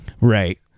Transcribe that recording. Right